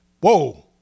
Whoa